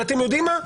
ואתם יודעים מה?